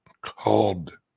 called